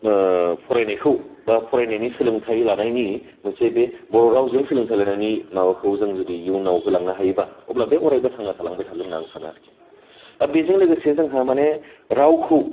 फरायनायखौ बा फरायनायनि सोलोंथाइ लानायनि मोनसे बे बर'रावजों सोलोंथाइ लानायनि माबाखौ जों जुदि इउनाव होलांनो हायोबा अब्ला बे अरायबो थांना थालांबाय थागोन होन्ना आं सानो आरखि दा बेजों लोगोसे जोंहा माने रावखौ